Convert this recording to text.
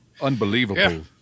unbelievable